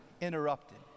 interrupted